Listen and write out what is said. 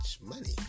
money